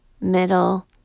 middle